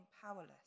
powerless